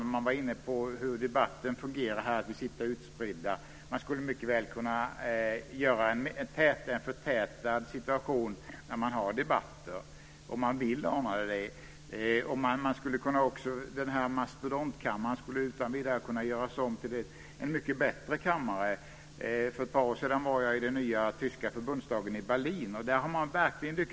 Man har varit inne på hur debatten fungerar när vi sitter utspridda. Man skulle mycket väl kunna ordna en förtätad situation vid debatter om man vill. Mastodontkammaren skulle utan vidare kunna göras om till en mycket bättre kammare. För ett par år sedan var jag i den nya tyska Förbundsdagen i Berlin.